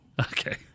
Okay